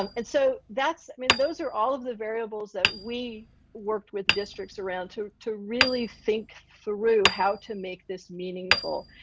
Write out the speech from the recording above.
um and so that's i mean those are all of the variables that we worked with districts around. to to really think through how to make this meaningful.